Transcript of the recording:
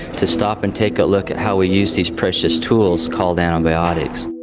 to stop and take a look at how we use these precious tools called antibiotics.